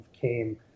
came